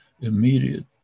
immediate